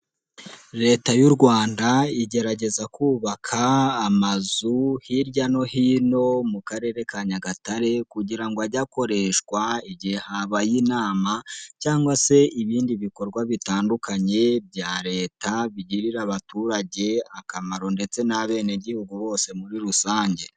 Leta y'u Rwanda igerageza kubaka amazu hirya no hino mu karere ka Nyagatare kugira ngo ajye akoreshwa igihe habaye inama cyangwa se ibindi bikorwa bitandukanye bya leta bigirira abaturage akamaro ndetse n'abenegihugu bose muri rusange.